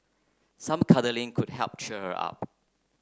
some cuddling could help cheer her up